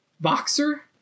Boxer